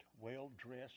well-dressed